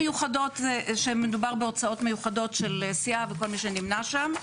אז שמדובר בהוצאות מיוחדות של סיעה וכל מי שנמנה שם,